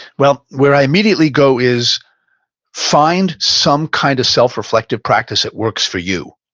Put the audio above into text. well, where i immediately go is find some kind of self reflective practice that works for you.